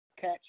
catch